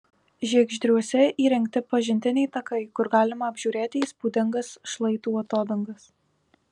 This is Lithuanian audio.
žiegždriuose įrengti pažintiniai takai kur galima apžiūrėti įspūdingas šlaitų atodangas